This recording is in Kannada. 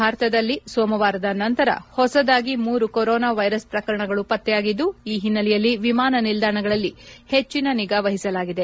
ಭಾರತದಲ್ಲಿ ಸೋಮವಾರದ ನಂತರ ಹೊಸದಾಗಿ ಮೂರು ಕೊರೋನಾ ವೈರಸ್ ಪ್ರಕರಣಗಳು ಪತ್ತೆಯಾಗಿದ್ದು ಈ ಹಿನ್ನೆಲೆಯಲ್ಲಿ ವಿಮಾನ ನಿಲ್ದಾಣಗಳಲ್ಲಿ ಹೆಚ್ಚಿನ ನಿಗಾವಹಿಸಲಾಗಿದೆ